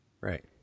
Right